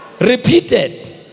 Repeated